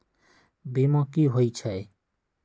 बीमा कि होई छई?